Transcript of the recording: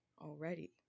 already